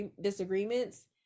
disagreements